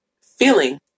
feeling